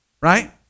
Right